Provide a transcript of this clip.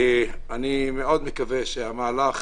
אני מאוד מקווה שהמהלך